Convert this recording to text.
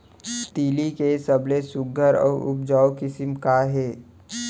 तिलि के सबले सुघ्घर अऊ उपजाऊ किसिम का हे?